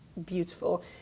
Beautiful